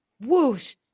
whoosh